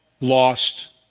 lost